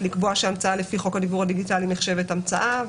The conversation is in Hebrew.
לקבוע שההמצאה לפי חוק הדיוור הדיגיטלי נחשבת המצאה,